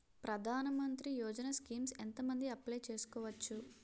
ప్రధాన మంత్రి యోజన స్కీమ్స్ ఎంత మంది అప్లయ్ చేసుకోవచ్చు?